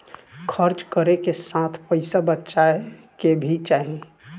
खर्च करे के साथ पइसा बचाए के भी चाही